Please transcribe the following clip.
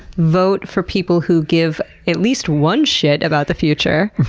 vote for people who give at least one shit about the future.